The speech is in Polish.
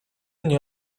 nie